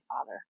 father